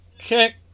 Okay